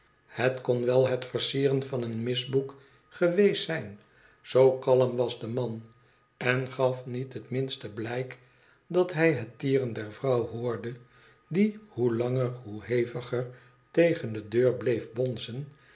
het kon wel het versieren van een misboek geweest zijn zoo kalm was de man en gaf niet het minste blijk dat hij het tieren der vrouw hoorde die hoe langer zoo heviger tegen de deur bleef bonzen